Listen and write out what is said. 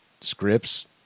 scripts